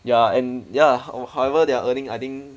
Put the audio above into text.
ya and ya how~ however they are earning I think